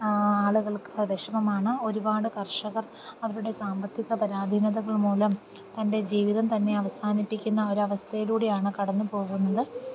ആളുകൾക്ക് വിഷമമാണ് ഒരുപാട് കർഷകർ അവരുടെ സാമ്പത്തിക പരാധീനതകൾ മൂലം തൻ്റെ ജീവിതം തന്നെ അവസാനിപ്പിക്കുന്ന ഒരു അവസ്ഥയിലൂടെയാണ് കടന്നു പോകുന്നത്